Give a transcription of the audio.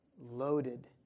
loaded